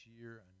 year